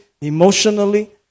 emotionally